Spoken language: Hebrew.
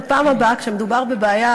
בפעם הבאה כשמדובר בבעיה,